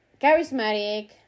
charismatic